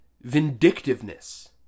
vindictiveness